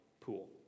pool